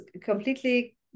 completely